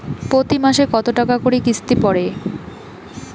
প্রতি মাসে কতো টাকা করি কিস্তি পরে?